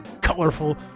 colorful